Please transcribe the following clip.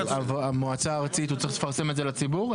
מהמועצה הארצית הוא צריך לפרסם את זה לציבור?